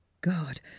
god